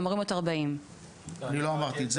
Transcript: אמורים להיות 40. אני לא אמרתי את זה.